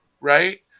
right